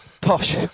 posh